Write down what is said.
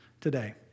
today